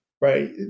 Right